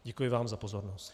Děkuji vám za pozornost.